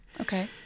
Okay